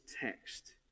text